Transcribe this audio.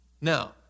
Now